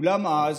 אולם אז